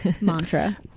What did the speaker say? Mantra